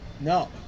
No